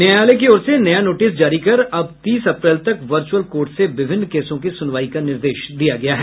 न्यायालय की ओर से नया नोटिस जारी कर अब तीस अप्रैल तक वर्चुअल कोर्ट से विभिन्न केसों की सुनवाई का निर्देश दिया गया है